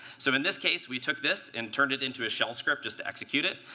so in this case, we took this and turned it into a shell script just to execute it.